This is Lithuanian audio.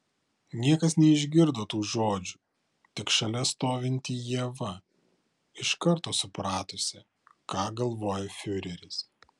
niekas neišgirdo tų žodžių tik šalia stovinti ieva iš karto supratusi ką galvoja fiureris